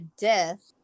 death